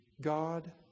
God